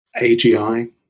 AGI